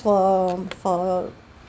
for for